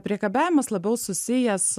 priekabiavimas labiau susijęs